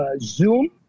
Zoom